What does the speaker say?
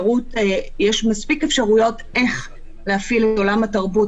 יש מספיק אפשרויות איך להפעיל את עולם התרבות,